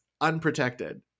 unprotected